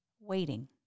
waiting